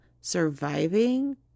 surviving